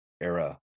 era